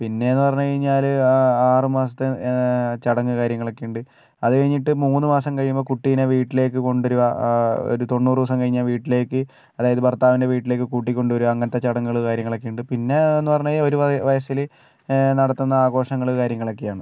പിന്നെയെന്ന് പറഞ്ഞു കഴിഞ്ഞാൽ ആറ് മാസത്തെ ചടങ്ങ് കാര്യങ്ങളൊക്കെ ഉണ്ട് അത് കഴിഞ്ഞിട്ട് മൂന്ന് മാസം കഴിയുമ്പോൾ കുട്ടിയെ വീട്ടിലേക്ക് കൊണ്ടു വരിക ഒരു തൊണ്ണൂറ് ദിവസം കഴിഞ്ഞാൽ വീട്ടിലേക്ക് അതായത് ഭർത്താവിൻ്റെ വീട്ടിലേക്ക് കൂട്ടി കൊണ്ട് വരിക അങ്ങനത്തെ ചടങ്ങുകൾ കാര്യങ്ങളൊക്കെ ഉണ്ട് പിന്നെയെന്ന് പറഞ്ഞു കഴിഞ്ഞാൽ ഒരു വയസ്സിൽ നടത്തുന്ന ആഘോഷങ്ങൾ കാര്യങ്ങൾ ഒക്കെയാണ്